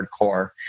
hardcore